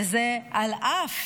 וזה על אף